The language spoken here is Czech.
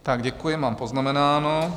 Tak děkuji, mám poznamenáno.